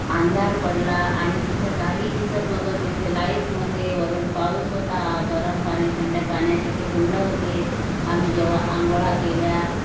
अंधार पडला आणि तिथे काही दिसत नव्हतं तिथले लाईट नव्हते वरून पाऊस होता गरम पाणी थंड पाण्याचे ते कुंड होते आम्ही जेव्हा आंघोळा केल्या